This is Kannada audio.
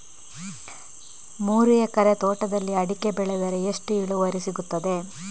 ಮೂರು ಎಕರೆ ತೋಟದಲ್ಲಿ ಅಡಿಕೆ ಬೆಳೆದರೆ ಎಷ್ಟು ಇಳುವರಿ ಸಿಗುತ್ತದೆ?